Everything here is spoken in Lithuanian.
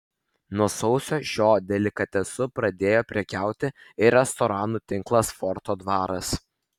nuo sausio šiuo delikatesu pradėjo prekiauti ir restoranų tinklas forto dvaras